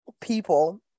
people